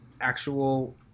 actual